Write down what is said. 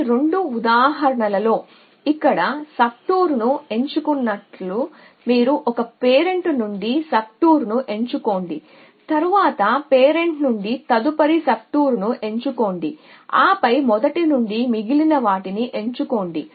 ఈ రెండు ఉదాహరణలలో ఇక్కడ సబ్టూర్ను ఎంచుకున్నట్లు మీరు 1 పేరెంట్ నుండి సబ్టోర్ను ఎంచుకోండి తరువాత పేరెంట్ నుండి తదుపరి సబ్టూర్ను ఎంచుకోండి ఆపై మొదటి నుండి మిగిలిన వాటిని ఎంచుకోండి